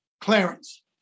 Clarence